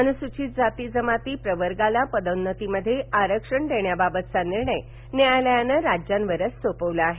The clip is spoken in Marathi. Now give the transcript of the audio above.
अनुसुचित जाती जमाती प्रवर्गाला पदोन्नतीमध्ये आरक्षण देण्याबाबतचा निर्णय न्यायालयानं राज्यावरच सोपवला आहे